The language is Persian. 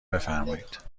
بفرمایید